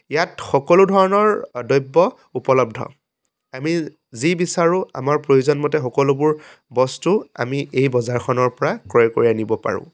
ইয়াত সকলো ধৰণৰ দ্ৰব্য উপলব্ধ আমি যি বিচাৰোঁ আমাৰ প্ৰয়োজন মতে সকলোবোৰ বস্তু আমি এই বজাৰখনৰ পৰা ক্ৰয় কৰি আনিব পাৰোঁ